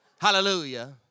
Hallelujah